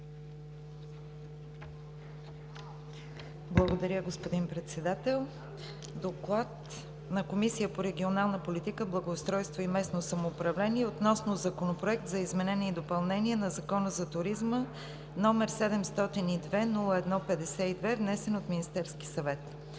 Благодаря, господин Председател. „ДОКЛАД на Комисията по регионална политика, благоустройство и местно самоуправление относно Законопроект за изменение и допълнение на Закона за туризма, № 702-01-52, внесен от Министерски съвет